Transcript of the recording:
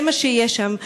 זה מה שיהיה שם.